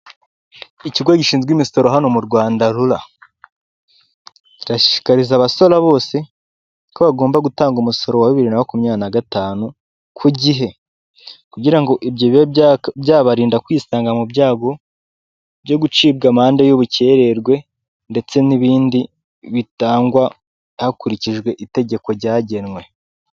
Ikigo gishinzwe imisoro hano mu Rwanda rura, kirashishikariza abasora bose ko bagomba gutanga umusaruro wa bibiri na makumyabiri nagatanu ku gihe, kugira ngo ibyo bibe byabarinda kwisanga mu byago byo gucibwa amande y'ubukererwe ndetse n'ibindi bitangwa hakurikijwe itegeko ryagenwe.